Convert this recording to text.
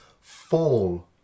fall